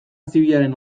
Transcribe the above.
zibilaren